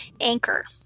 Anchor